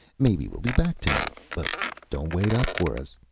maybe we'll be back tonight. but don't wait up for us.